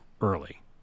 early